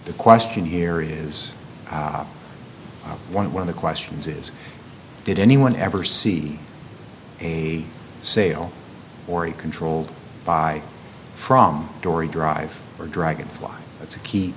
the question here is one of the questions is did anyone ever see a sale or a controlled by from dory drive or dragonflies that's a key